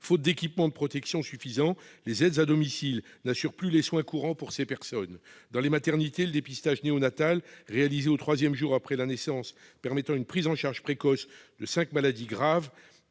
Faute d'équipements de protection suffisants, les aides à domicile n'assurent plus les soins courants pour ces personnes. Dans les maternités, le dépistage néonatal réalisé au troisième jour après la naissance- il permet une prise en charge précoce de cinq maladies graves